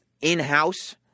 in-house